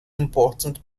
important